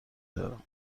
دارم